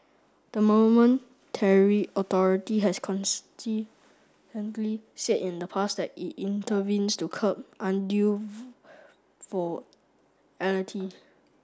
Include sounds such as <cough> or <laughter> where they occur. the <unintelligible> authority has consistently said in the past that it intervenes to curb undue <unintelligible> volatility